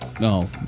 no